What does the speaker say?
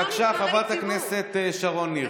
בבקשה, חברת הכנסת שרון ניר.